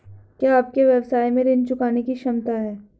क्या आपके व्यवसाय में ऋण चुकाने की क्षमता है?